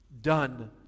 done